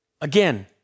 Again